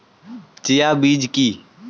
Chia বীজ কী?